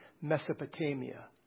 Mesopotamia